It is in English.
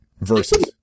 Versus